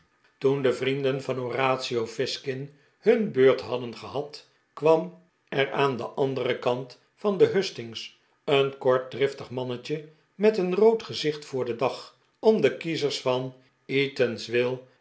toen de vrienden van horatio fizkin hun beurt hadden gehad kwam er aan den anderen kant van de hustings een kort driftig mannetje met een rood gezicht voor den dag om de kiezers van eatanswill